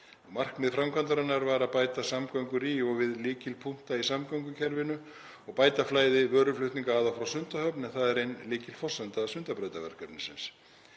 Markmið framkvæmdarinnar var að bæta samgöngur í og við lykilpunkta í samgöngukerfinu og bæta flæði vöruflutninga að og frá Sundahöfn en það er ein lykilforsenda Sundabrautarverkefnisins.